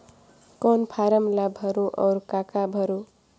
कौन फारम ला भरो और काका भरो?